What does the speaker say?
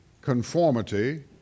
conformity